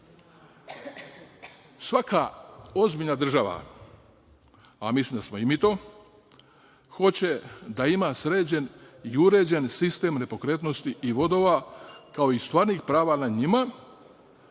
Svaka ozbiljna država, a mislim da smo i mi to, hoće da ima sređen i uređen sistem nepokretnosti i vodova, kao i stvarnih prava nad njima,